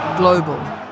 Global